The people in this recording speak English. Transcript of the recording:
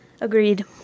Agreed